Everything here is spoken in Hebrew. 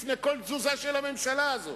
לפני כל תזוזה של הממשלה הזאת.